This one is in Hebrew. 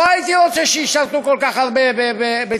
לא הייתי רוצה שישרתו כל כך הרבה בצה"ל,